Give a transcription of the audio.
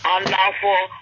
Unlawful